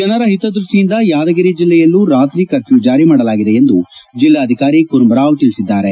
ಜನರ ಹಿತ ದೃಷ್ಷಿಯಿಂದ ಯಾದಗಿರಿ ಜಿಲ್ಲೆಯಲ್ನೂ ರಾತ್ರಿ ಕರ್ಫ್ಝ್ ಜಾರಿ ಮಾಡಲಾಗಿದೆ ಎಂದು ಜಿಲ್ಲಾಧಿಕಾರಿ ಕೂರ್ಮರಾವ್ ತಿಳಿಸಿದ್ದಾರೆ